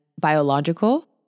biological